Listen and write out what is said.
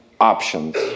options